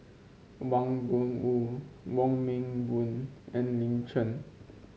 Wang Gungwu Wong Meng Voon and Lin Chen